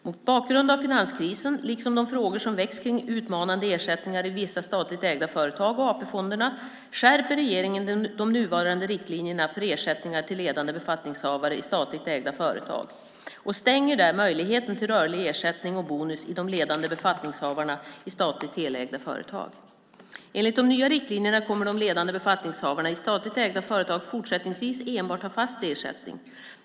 Mot bakgrund av finanskrisen, liksom de frågor som väckts kring utmanande ersättningar i vissa statligt ägda företag och AP-fonderna, skärper regeringen de nuvarande riktlinjerna för ersättningar till ledande befattningshavare i statligt ägda företag, och stänger där möjligheten till rörlig ersättning och bonus till de ledande befattningshavarna i statligt helägda företag. Enligt de nya riktlinjerna kommer de ledande befattningshavarna i statligt ägda företag fortsättningsvis enbart att ha fast ersättning.